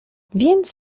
więc